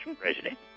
president